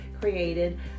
created